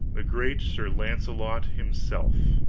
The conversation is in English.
the great sir launcelot himself!